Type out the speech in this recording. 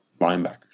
linebackers